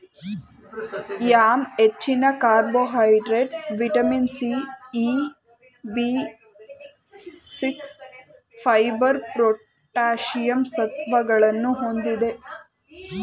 yam ಹೆಚ್ಚಿನ carbohydrates, vitamin C, E, B six, fibre, potassium ಸತ್ವಗಳನ್ನು ಹೊಂದಿದೆ